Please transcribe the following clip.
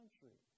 country